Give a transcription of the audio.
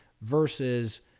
versus